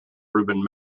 ruben